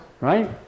right